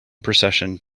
procession